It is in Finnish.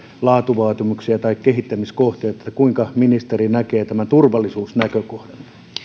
laatuvaatimuksia tai kehittämiskohteita kuinka ministeri näkee tämän turvallisuusnäkökohdan